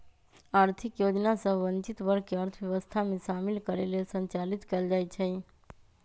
आर्थिक योजना सभ वंचित वर्ग के अर्थव्यवस्था में शामिल करे लेल संचालित कएल जाइ छइ